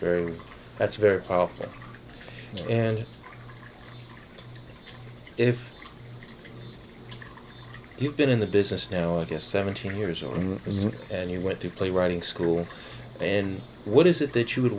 very that's very well and if you've been in the business now i guess seventeen years old and you went to play writing school and what is it that you would